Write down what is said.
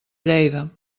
lleida